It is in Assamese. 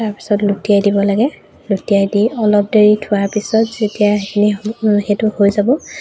তাৰপিছত লুটিয়াই দিব লাগে লুটিয়াই দি অলপ দেৰি থোৱাৰ পিছত যেতিয়া সেইখিনি সেইটো হৈ যাব